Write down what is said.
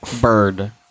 Bird